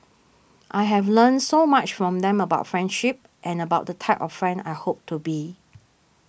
I have learnt so much from them about friendship and about the type of friend I hope to be